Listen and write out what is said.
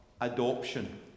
adoption